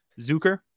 Zucker